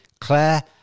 Claire